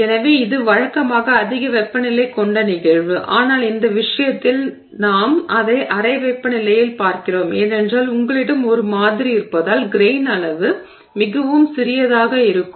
எனவே இது வழக்கமாக அதிக வெப்பநிலை கொண்ட நிகழ்வு ஆனால் இந்த விஷயத்தில் நாங்கள் அதை அறை வெப்பநிலையில் பார்க்கிறோம் ஏனென்றால் உங்களிடம் ஒரு மாதிரி இருப்பதால் கிரெய்ன் அளவு மிகவும் சிறியதாக இருக்கும்